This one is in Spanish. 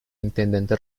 intendente